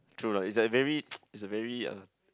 true lah it's like very it's very uh